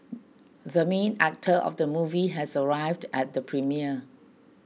the main actor of the movie has arrived at the premiere